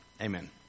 Amen